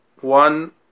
one